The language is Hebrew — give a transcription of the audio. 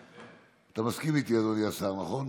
אתה מסכים איתי, אדוני השר, נכון?